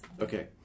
Okay